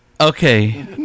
Okay